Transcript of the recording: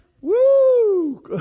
Woo